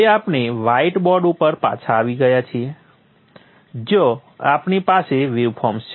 હવે આપણે વ્હાઇટબોર્ડ ઉપર પાછા આવી ગયા છીએ જ્યાં આપણી પાસે વેવફોર્મ્સ છે